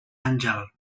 àngel